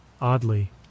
Oddly